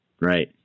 Right